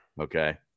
Okay